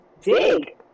dig